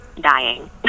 dying